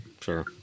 sure